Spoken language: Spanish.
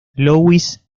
louis